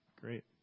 Great